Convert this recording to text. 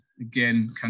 again